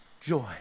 Joy